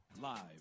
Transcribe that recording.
Live